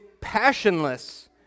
passionless